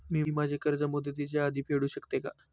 मी माझे कर्ज मुदतीच्या आधी फेडू शकते का?